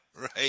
right